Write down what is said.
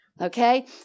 Okay